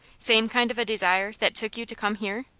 same kind of a desire that took you to come here?